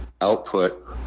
output